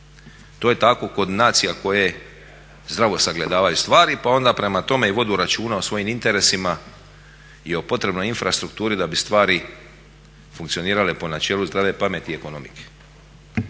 To je tako kod nacija koje zdravo sagledavaju stvari, pa onda prema tome i vode računa o svojim interesima i potrebnoj infrastrukturi da bi stvari funkcionirale po načelu zdrave pameti i ekonomike.